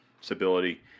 stability